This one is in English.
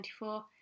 2024